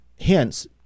Hence